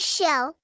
Show